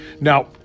Now